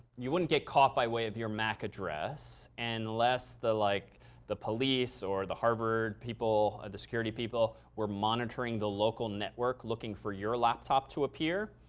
you wouldn't get caught by way of your mac address. and unless the like police police or the harvard people, the security people, were monitoring the local network looking for your laptop to appear.